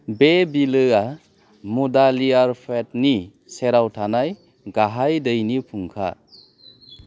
बे बिलोआ मुदालियारपेटनि सेराव थानाय गाहाइ दैनि फुंखा